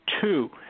two